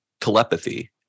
telepathy